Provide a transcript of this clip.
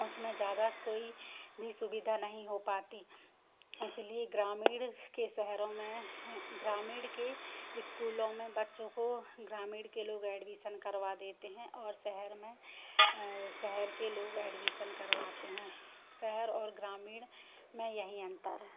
उसमें ज़्यादा कोई भी सुविधा नहीं हो पाती इसलिए ग्रामीण के शहरों में ग्रामीण के स्कूलों में बच्चों को ग्रामीण के लोग एडवीसन करवा देते हैं और शहर में शहर के लोग एडवीसन करवाते हैं शहर और ग्रामीण में यही अंतर है